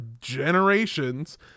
generations